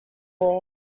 law